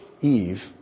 Eve